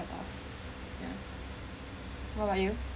what about you